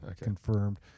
confirmed